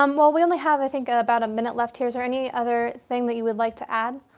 um well we only have, i think about a minute left here. is there any other thing that you would like to add?